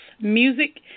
music